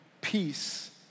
peace